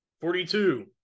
Forty-two